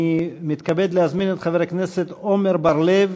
אני מתכבד להזמין את חבר הכנסת עמר בר-לב